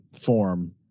form